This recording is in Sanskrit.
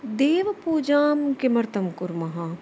देवपूजां किमर्थं कुर्मः